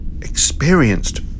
experienced